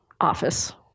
office